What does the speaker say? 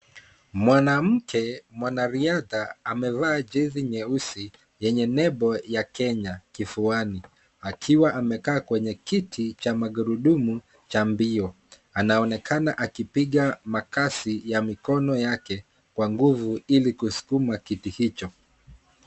Mwanamke mwanariadha amevaa jezi nyeusi yenye nembo ya Kenya kifuani akiwa amekaa kwenye kiti cha magurudumu cha mbio. Anaonekana akipiga makasi ya mikono yake kwa nguvu ili kusukuma kiti hicho.